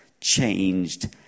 changed